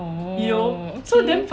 orh okay